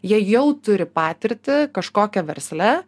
jie jau turi patirtį kažkokią versle